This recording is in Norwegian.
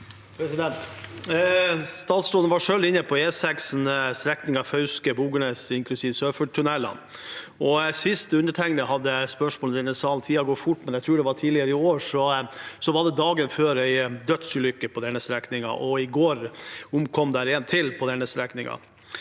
Statsråden var selv inne på E6-strekningen Fauske–Bognes, inklusiv Sørfoldtunnelene. Sist undertegnede hadde spørsmålet i denne sal – tiden går fort, men jeg tror det var tidligere i år – var det dagen før en dødsulykke på denne strekningen. I går omkom en person til på denne strekningen.